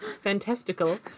Fantastical